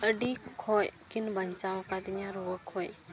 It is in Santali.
ᱟᱹᱰᱤ ᱠᱷᱚᱡ ᱠᱤᱱ ᱵᱟᱧᱪᱟᱣ ᱠᱟᱹᱫᱤᱧᱟ ᱨᱩᱣᱟᱹ ᱠᱷᱚᱡ